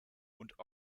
und